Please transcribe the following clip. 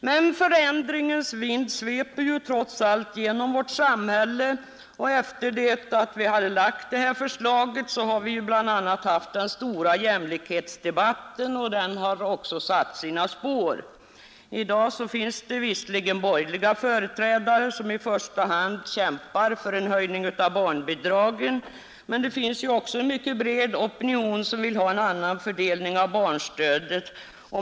Men förändringens vind sveper trots allt genom vårt samhälle, och efter det att kommittén framlagt detta förslag har vi bl.a. haft den stora jämlikhetsdebatten, vilken också har satt sina spår. I dag finns det visserligen fortfarande borgerliga företrädare, som i första hand kämpar för en höjning av barnbidragen, men det finns även en mycket bred opinion, som vill få en annan fördelning av barnstödet.